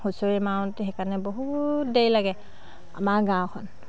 হুঁচৰি মাৰোঁতে সেইকাৰণে বহুত দেৰি লাগে আমাৰ গাঁওখন